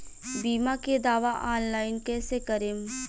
बीमा के दावा ऑनलाइन कैसे करेम?